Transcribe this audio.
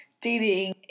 dating